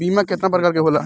बीमा केतना प्रकार के होला?